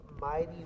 mighty